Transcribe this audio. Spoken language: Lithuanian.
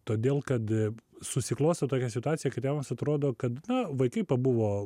todėl kad susiklosto tokia situacija kad tėvams atrodo kad vaikai pabuvo